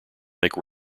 make